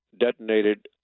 detonated